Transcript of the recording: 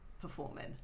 performing